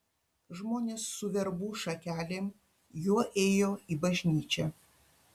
žmonės su verbų šakelėm juo ėjo į bažnyčią